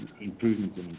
improvements